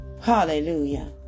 Hallelujah